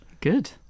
Good